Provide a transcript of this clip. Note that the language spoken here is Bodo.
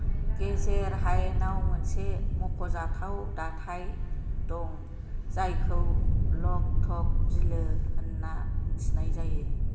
गेजेर हायेनाव मोनसे मख'जाथाव दाथाय दं जायखौ लकतक बिलो होनना मिथिनाय जायो